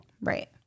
Right